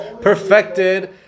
perfected